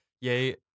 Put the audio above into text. Yay